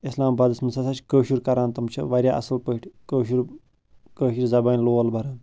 اِسلام بادس منٛز ہَسا چھِ کٲشُر کَران تِم چھِ وارِیاہ اَصٕل پٲٹھۍ کٲشُر کٲشرِ زبانِ لول بران